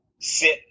sit